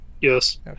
Yes